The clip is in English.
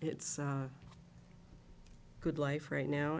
its good life right now